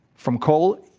from coal,